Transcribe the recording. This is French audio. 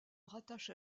rattache